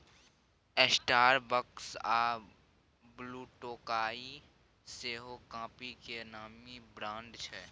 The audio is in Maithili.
स्टारबक्स आ ब्लुटोकाइ सेहो काँफी केर नामी ब्रांड छै